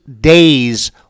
days